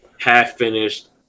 half-finished